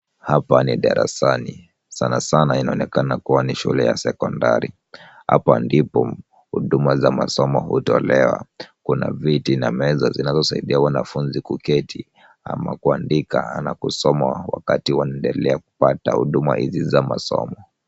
Hapa ni darasani. Sana sana inaonekana kuwa ni shule ya sekondari. Hapa ndipo huduma za masomo hutolewa. Kuna viti na meza zinazosaidia wanafunzi kuketi ama kuandika ama kusoma wakati wanaendelea kupata huduma hizi za masomo.